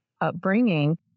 upbringing